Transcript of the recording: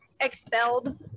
expelled